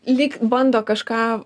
lyg bando kažką